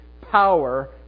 power